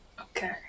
Okay